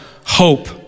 hope